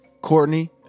Courtney